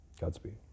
Godspeed